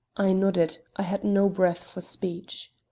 i nodded i had no breath for speech.